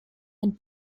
and